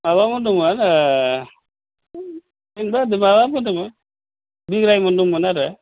माबामोन दंमोन जेनेबा बे माबामोन दङ बिग्रायमोन दंमोन आरो